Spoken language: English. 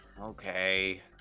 Okay